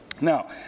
Now